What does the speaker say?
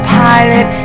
pilot